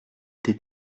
été